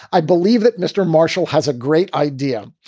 i believe that mr. marshall has a great idea.